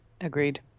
Agreed